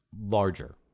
larger